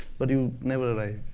but you never arrive.